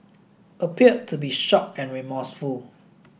appeared to be shocked and remorseful